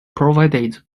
provided